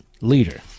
leader